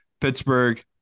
Pittsburgh